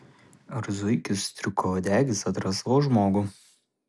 ar zuikis striukauodegis atras savo žmogų